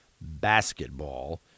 basketball